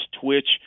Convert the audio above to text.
twitch